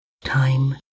time